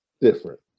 different